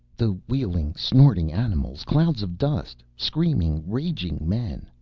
the wheeling, snorting animals. clouds of dust. screaming, raging men.